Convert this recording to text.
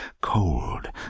cold